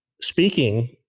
speaking